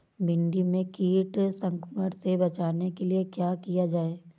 भिंडी में कीट संक्रमण से बचाने के लिए क्या किया जाए?